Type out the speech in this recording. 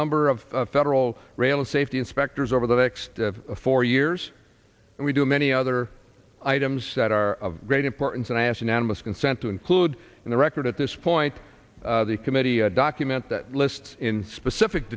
number of federal rail safety inspectors over the next four years and we do many other items that are of great importance and i ask unanimous consent to include in the record at this point the committee document that lists in specific